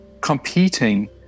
competing